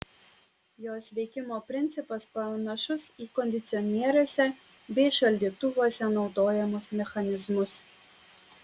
jos veikimo principas panašus į kondicionieriuose bei šaldytuvuose naudojamus mechanizmus